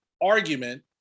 argument